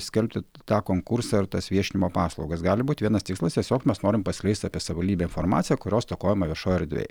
skelbti tą konkursą ir tas viešinimo paslaugas gali būti vienas tikslas tiesiog mes norim paskleisti apie savivaldybę informaciją kurios stokojama viešojoj erdvėj